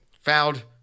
Fouled